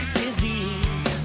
disease